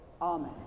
Amen